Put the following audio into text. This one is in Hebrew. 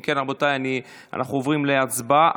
אם כן, רבותיי, אנחנו עוברים להצבעה.